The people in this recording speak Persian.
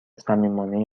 صمیمانه